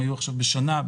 היו עכשיו בשנה אחת.